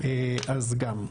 אז גם.